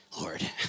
Lord